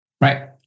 Right